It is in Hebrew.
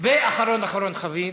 ואחרון אחרון חביב,